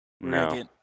No